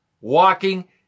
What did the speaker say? walking